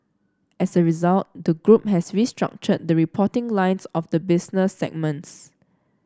as a result the group has restructured the reporting lines of the business segments